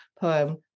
poem